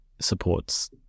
supports